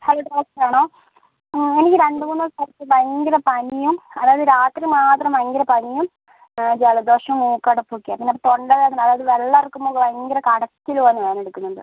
hello doctor ആണോ ആ എനിക്ക് രണ്ട് മൂന്ന് ദിവസമായിട്ട് ഭയങ്കര പനിയും അതായത് രാത്രി മാത്രം ഭയങ്കര പനിയും ജലദോഷവും മൂക്കടപ്പ് ഒക്കെയാണ് പിന്നെ ഒരു തൊണ്ടവേദന അതായത് വെള്ളം ഇറക്കുമ്പം ഒക്കെ ഭയങ്കര കടച്ചിൽ പോലെ വേദന എടുക്കുന്നുണ്ട്